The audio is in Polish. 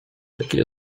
takie